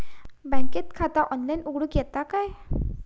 बँकेत खाता ऑनलाइन उघडूक येता काय?